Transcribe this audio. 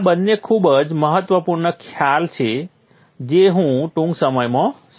આ બંને ખૂબ જ મહત્વપૂર્ણ ખ્યાલ છે જે હું ટૂંક સમયમાં સમજાવીશ